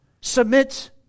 Submit